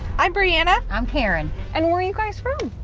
i'm brianna. i'm karen. and where are you guys from.